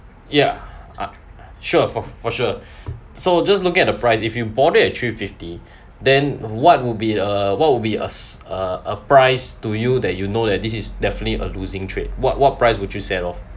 ya sure f~ for sure so just look at the price if you bought it at three fifty then what would be uh what would be a s~ uh a price to you that you know that this is definitely a losing trade what what price would you set of